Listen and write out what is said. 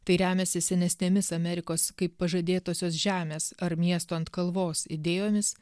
tai remiasi senesnėmis amerikos kaip pažadėtosios žemės ar miesto ant kalvos idėjomis